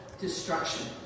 destruction